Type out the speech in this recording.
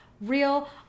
real